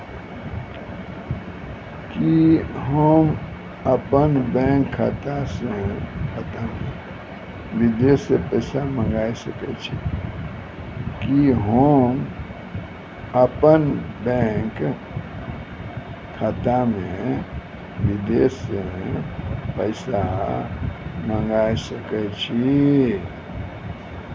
कि होम अपन बैंक खाता मे विदेश से पैसा मंगाय सकै छी?